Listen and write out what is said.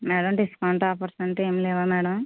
madam discount offers అంటూ ఏమి లేవా మేడం